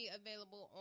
available